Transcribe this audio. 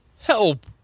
help